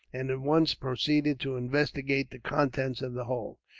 and at once proceeded to investigate the contents of the hold.